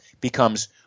becomes